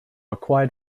acquired